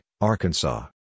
Arkansas